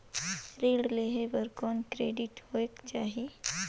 ऋण लेहे बर कौन क्रेडिट होयक चाही?